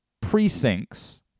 precincts